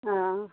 অ